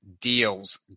deals